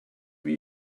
wie